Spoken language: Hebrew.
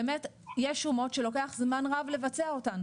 באמת יש שומות שלוקח זמן רב לבצע אותן.